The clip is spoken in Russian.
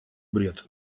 бред